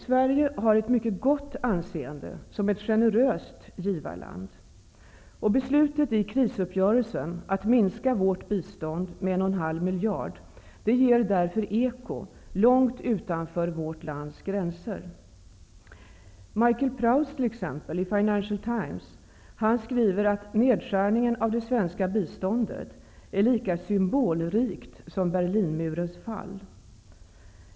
Sverige har ett mycket gott anseende som ett generöst givarland. Beslutet i krisuppgörelsen att minska vårt bistånd med 1,5 miljarder ger därför eko långt utanför vårt lands gränser. Michael Prowse t.ex. skriver i Financial Times att nedskärningen av det svenska biståndet är lika symbolrikt som Berlinmurens fall.